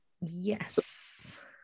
yes